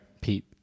Pete